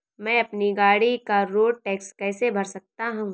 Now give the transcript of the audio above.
मैं अपनी गाड़ी का रोड टैक्स कैसे भर सकता हूँ?